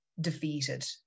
defeated